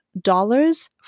dollars